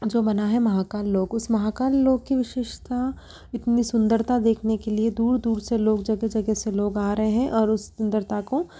जो बना है महाकाल लोक उस महाकाल लोक की विशेषता इतनी सुन्दरता देखने के लिए दूर दूर से लोग जगह जगह से लोग आ रहे हैं और उस सुन्दरता को